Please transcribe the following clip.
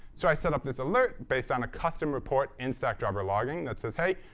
so i set up this alert based on a custom report in stackdriver logging that says, hey,